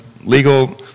legal